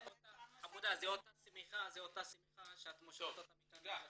אותה שמיכה שאת מושכת אותה --- תודה.